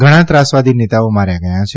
ઘણા ત્રાસવાદી નેતાઓ માર્યા ગયા છે